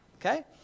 okay